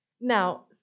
Now